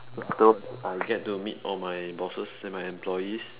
so afterwards I get to meet all my bosses and my employees